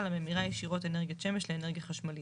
הממירה ישירות אנרגיית שמש לאנרגיה חשמלית,